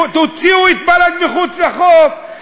תוציאו את בל"ד מחוץ לחוק,